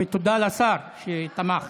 ותודה לשר, שתמך.